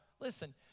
listen